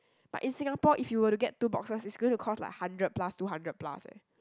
but in Singapore if you were to get two boxes it's going to cost like hundred plus two hundred plus eh